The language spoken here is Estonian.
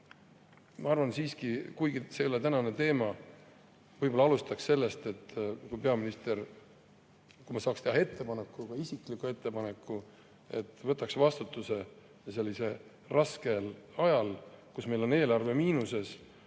ma arvan siiski, kuigi see ei ole tänane teema, et võib‑olla alustaks sellest, et peaminister – kui ma saaks teha isikliku ettepaneku – võtaks vastutuse sellisel raskel ajal, mil meil on eelarve miinuses